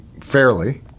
fairly